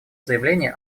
заявление